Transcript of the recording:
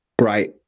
Right